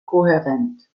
kohärent